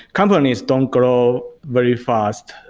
companies don't grow very fast,